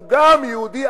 הוא גם יהודי,